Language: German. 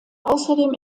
außerdem